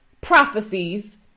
prophecies